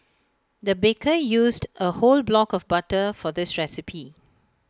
the baker used A whole block of butter for this recipe